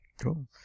cool